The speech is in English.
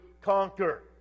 conquer